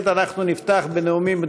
נחמן שי,